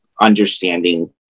understanding